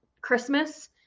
christmas